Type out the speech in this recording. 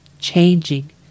changing